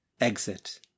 exit